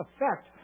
effect